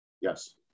Yes